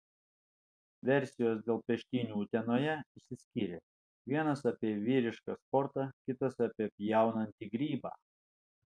versijos dėl peštynių utenoje išsiskyrė vienas apie vyrišką sportą kitas apie pjaunantį grybą